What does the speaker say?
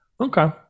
okay